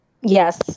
Yes